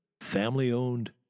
family-owned